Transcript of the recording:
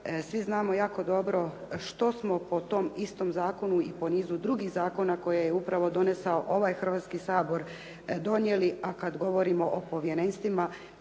Svi znamo jako dobro što smo po tom istom zakonu i po nizu drugih zakona koje je upravo donesao ovaj Hrvatski sabor donijeli, a kad govorimo o povjerenstvima